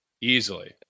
Easily